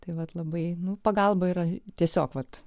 tai vat labai nu pagalba yra tiesiog vat